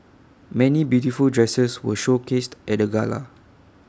many beautiful dresses were showcased at the gala